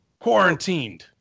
quarantined